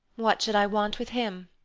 what should i want with him?